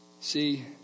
See